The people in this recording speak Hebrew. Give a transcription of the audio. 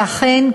ואכן,